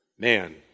Man